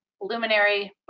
luminary